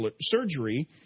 surgery